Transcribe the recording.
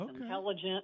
intelligent